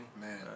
Man